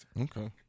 okay